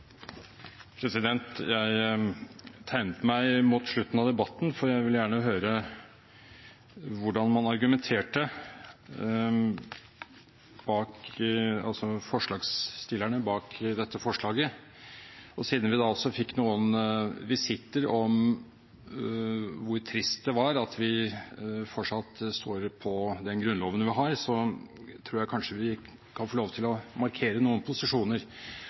Jeg tegnet meg mot slutten av debatten, for jeg ville gjerne høre hvordan forslagsstillerne bak dette forslaget argumenterte, og siden vi fikk noen visitter om hvor trist det var at vi fortsatt står ved den Grunnloven vi har, tror jeg vi kanskje kan få lov til å markere noen posisjoner